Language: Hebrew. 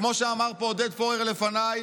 וכמו שאמר פה עודד פורר לפניי,